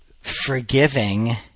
forgiving